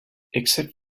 except